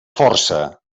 força